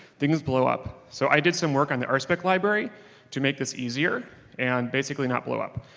things blow up. so i did some work on the rspec library to make this easier and basically not blow up.